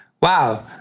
wow